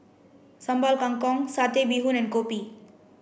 Sambal Kangkong satay bee Hoon and Kopi